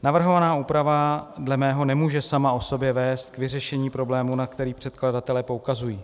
Navrhovaná úprava dle mého nemůže sama o sobě vést k vyřešení problému, na který předkladatelé poukazují.